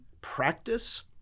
practice